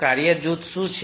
કાર્ય જૂથ શું છે